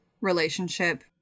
relationship